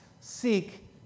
seek